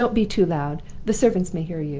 don't be too loud the servants may hear you.